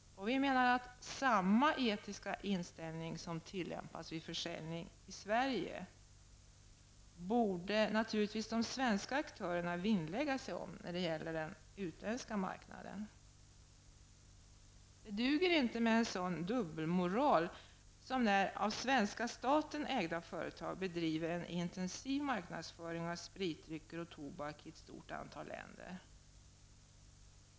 Samma etiska inställning som tillämpas vid försäljningen i Sverige bör naturligtvis de svenska aktörerna vinnlägga sig om på den utländska marknaden. Det duger inte med en sådan dubbelmoral som när av svenska staten ägda företag bedriver en intensiv marknadsföring av spritdrycker och tobak i ett stort antal länder.